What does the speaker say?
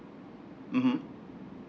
mmhmm